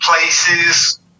places